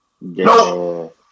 No